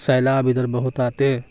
سیلاب ادھر بہت آتے